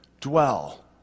dwell